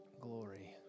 glory